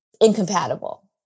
incompatible